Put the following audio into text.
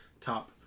top